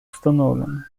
установлена